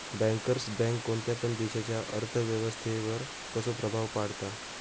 Bankers bank कोणत्या पण देशाच्या अर्थ व्यवस्थेवर कसो प्रभाव पाडता?